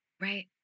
Right